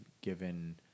given